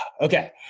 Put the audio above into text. okay